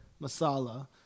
masala